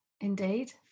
Indeed